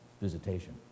Visitation